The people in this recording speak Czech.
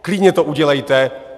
Klidně to udělejte!